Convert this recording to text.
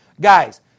Guys